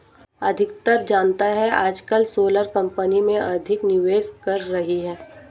अधिकतर जनता आजकल सोलर कंपनी में अधिक निवेश कर रही है